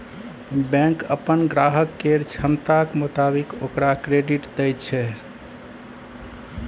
bank अप्पन ग्राहक केर क्षमताक मोताबिक ओकरा क्रेडिट दय छै